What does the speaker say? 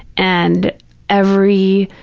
and every